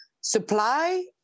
supply